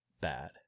bad